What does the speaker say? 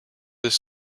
this